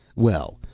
well,